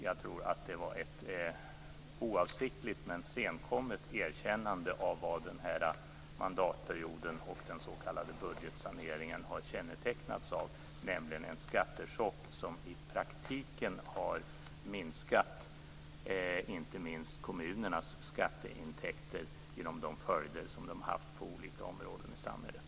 Jag tror att det var ett oavsiktligt men senkommet erkännande av vad den här mandatperioden och den s.k. budgetsaneringen har kännetecknats av, nämligen en skattechock som i praktiken har minskat inte minst kommunernas skatteintäkter genom de följder den har haft på olika områden i samhället.